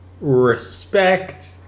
respect